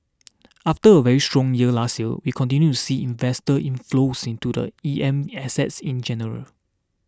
after a very strong year last year we continue to see investor inflows into the E M assets in general